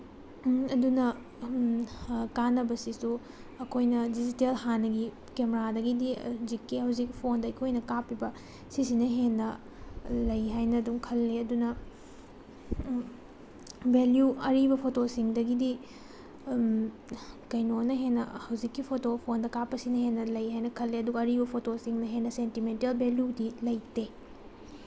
ꯑꯗꯨꯅ ꯀꯥꯅꯕꯁꯤꯁꯨ ꯑꯩꯈꯣꯏꯅ ꯗꯤꯖꯤꯇꯦꯜ ꯍꯥꯟꯅꯒꯤ ꯀꯦꯃꯦꯔꯥꯗꯒꯤꯗꯤ ꯍꯧꯖꯤꯛꯀꯤ ꯍꯧꯖꯤꯛ ꯐꯣꯟꯗ ꯑꯩꯈꯣꯏꯅ ꯀꯥꯞꯄꯤꯕ ꯁꯤꯁꯤꯅ ꯍꯦꯟꯅ ꯂꯩ ꯍꯥꯏꯅ ꯑꯗꯨꯝ ꯈꯜꯂꯦ ꯑꯗꯨꯅ ꯚꯦꯂ꯭ꯌꯨ ꯑꯔꯤꯕ ꯐꯣꯇꯣꯁꯤꯡꯗꯒꯤꯗꯤ ꯀꯩꯅꯣꯅ ꯍꯦꯟꯅ ꯍꯧꯖꯤꯛꯀꯤ ꯐꯣꯇꯣ ꯐꯣꯟꯗ ꯀꯥꯞꯄꯁꯤꯅ ꯍꯦꯟꯅ ꯂꯩ ꯍꯥꯏꯅ ꯈꯜꯂꯦ ꯑꯗꯨꯒ ꯑꯔꯤꯕ ꯐꯣꯇꯣꯁꯤꯡꯅ ꯍꯦꯟꯅ ꯁꯦꯟꯇꯤꯃꯦꯟꯇꯦꯜ ꯚꯦꯂꯨꯗꯤ ꯂꯩꯇꯦ